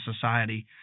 society